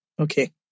Okay